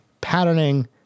patterning